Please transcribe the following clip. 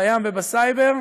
בים ובסייבר,